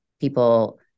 people